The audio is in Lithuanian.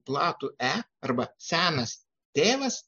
platų e arba senas tėvas